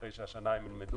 אחרי שהשנה הם ילמדו,